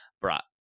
brought